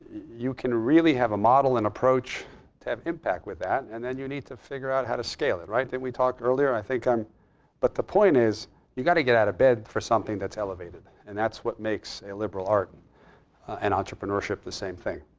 you can really have a model and approach to have impact with that. and then you need to figure out how to scale it. right? didn't we talk earlier? i think i'm but the point is you've got to get out of bed for something that's elevated. and that's what makes a liberal art and entrepreneurship the same thing.